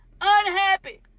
unhappy